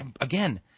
Again